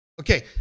Okay